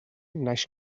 naix